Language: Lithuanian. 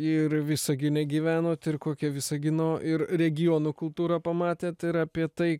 ir visagine gyvenot ir kokia visagino ir regionų kultūrą pamatėt ir apie tai